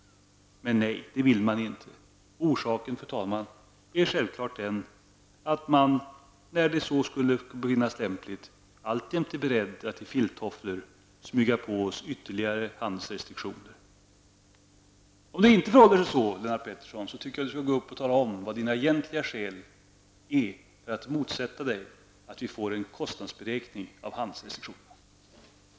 Men nej, det vill man inte. Orsaken, fru talman, är självfallet att man när så bedöms lämpligt alltjämt är beredd att i filttofflor smyga på oss ytterligare handelsrestriktioner. Om det inte förhåller sig på det sättet, tycker jag att Lennart Pettersson skall gå upp i talarstolen och tala om vilka skälen egentligen är till att han motsätter sig att vi får en kostnadsberäkning av handelsrestriktionerna.